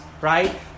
right